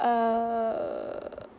err